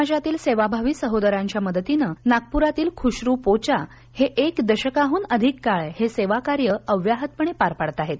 समाजातील सेवाभावी सहोदरांच्या मदतीनं नागपुरातील खुशरू पोचा एक दशकांहून अधिक काळ हे सेवा कार्य अव्याहतपणे पार पाडताहेत